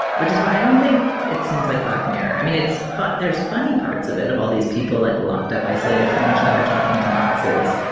which is why i don't think it seems like black mirror. i mean, it's there's funny parts of it of all these people, like locked up, isolated from each other, talking to boxes.